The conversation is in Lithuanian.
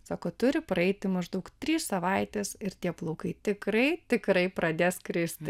sako turi praeiti maždaug trys savaitės ir tie plaukai tikrai tikrai pradės kristi